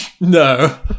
no